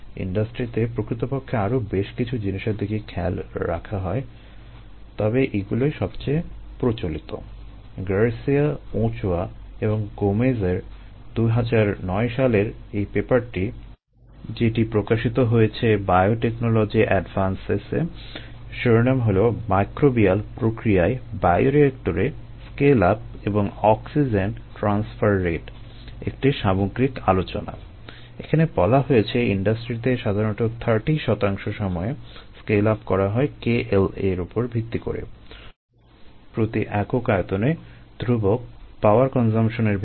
ইন্ডাস্ট্রিতে প্রকৃতপক্ষে আরো বেশ কিছু জিনিসের দিকে খেয়াল রাখা হয় তবে এগুলোই সবচেয়ে প্রচলিত